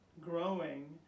growing